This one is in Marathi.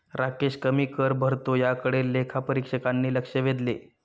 राकेश कमी कर भरतो याकडे लेखापरीक्षकांनी लक्ष वेधले